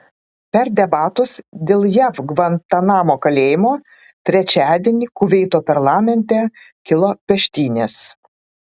per debatus dėl jav gvantanamo kalėjimo trečiadienį kuveito parlamente kilo peštynės